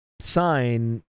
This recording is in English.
sign